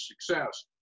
success